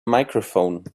microphone